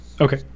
Okay